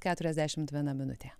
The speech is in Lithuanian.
keturiasdešimt viena minutė